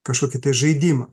kažkokį tai žaidimą